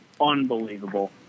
Unbelievable